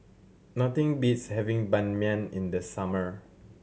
nothing beats having Ban Mian in the summer